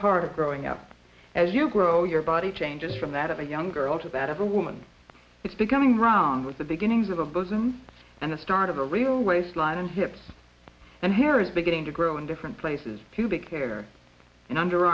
part of growing up as you grow your body changes from that of a young girl to that of a woman it's becoming round with the beginnings of a bosom and the start of a real waistline and hips and here is beginning to grow in different places too big hair and under